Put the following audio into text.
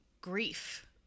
grief